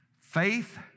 Faith